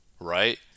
Right